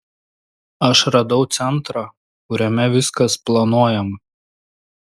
aš radau centrą kuriame viskas planuojama